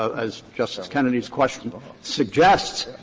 as justice kennedy's question but suggests.